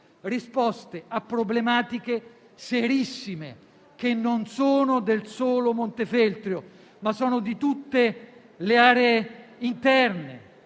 risposte a problematiche serissime, che non sono del solo Montefeltro, ma di tutte le aree interne